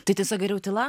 tai tiesa geriau tyla